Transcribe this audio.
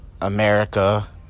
America